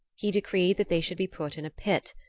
he decreed that they should be put in a pit,